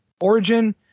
origin